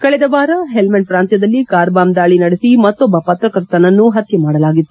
ಕಳೆದ ವಾರ ಪೆಲ್ಮಂಡ್ ಪ್ರಾಂತ್ಕದಲ್ಲಿ ಕಾರ್ಬಾಂಬ್ ದಾಳಿ ನಡೆಸಿ ಮತ್ತೊಬ್ಬ ಪತ್ರಕರ್ತನನ್ನು ಪತ್ಯ ಮಾಡಲಾಗಿತ್ತು